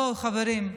בואו, חברים,